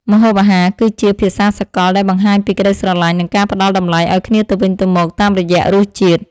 ម្ហូបអាហារគឺជាភាសាសកលដែលបង្ហាញពីក្តីស្រឡាញ់និងការផ្តល់តម្លៃឱ្យគ្នាទៅវិញទៅមកតាមរយៈរសជាតិ។